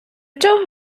чого